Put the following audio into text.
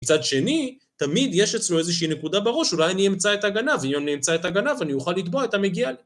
מצד שני, תמיד יש אצלו איזושהי נקודה בראש, אולי אני אמצא את הגנב, אם אני אמצא את הגנב, אני אוכל לתבוע את המגיע לי